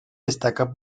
destaca